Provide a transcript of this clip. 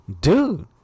Dude